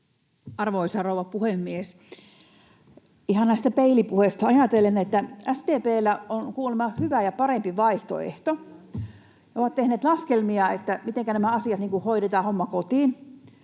Arvoisa rouva puhemies! Ihan näistä peilipuheista ajatellen: SDP:llä on kuulemma hyvä ja parempi vaihtoehto. Kun he ovat tehneet laskelmia, mitenkä nämä asiat hoidetaan niin kuin